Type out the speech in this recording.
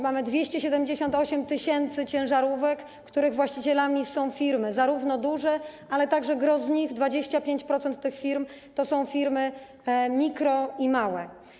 Mamy 278 tys. ciężarówek, których właścicielami są zarówno duże firmy, jak i gros z nich, 25% tych firm to są firmy mikro i małe.